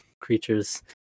creatures